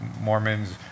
Mormons